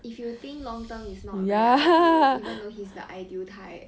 if you think long term is not very ideal even though he's the ideal type